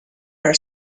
her